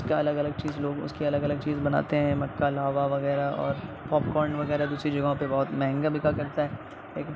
مکا الگ الگ چیز لوگ اس کی الگ الگ چیز بناتے ہیں مکا لاوا وغیرہ اور پاپکان وغیرہ دوسری جگہوں پہ بہت مہنگا بکا کرتا ہے